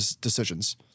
decisions